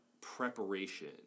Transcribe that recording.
preparation